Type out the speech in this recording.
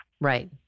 Right